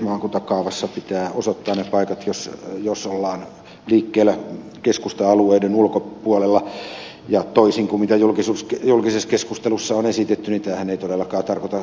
maakuntakaavassa pitää osoittaa ne paikat jos ollaan liikkeellä keskusta alueiden ulkopuolella ja toisin kuin julkisessa keskustelussa on esitetty niin tämähän ei todellakaan tarkoita